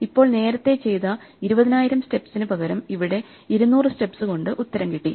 ഇപ്പോൾ നേരത്തെ ചെയ്ത 20000 സ്റ്റെപ്സിന് പകരം ഇവിടെ 200 സ്റ്റെപ്സ് കൊണ്ട് ഉത്തരം കിട്ടി